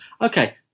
Okay